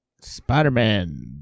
Spider-Man